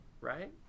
right